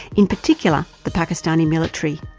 in particular, the pakistani military.